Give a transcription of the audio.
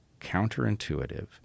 counterintuitive